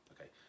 Okay